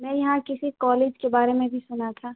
میں یہاں کسی کالج کے بارے میں بھی سنا تھا